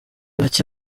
bake